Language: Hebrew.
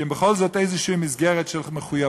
כי הם בכל זאת באיזושהי מסגרת של מחויבות,